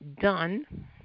done